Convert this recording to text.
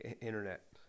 internet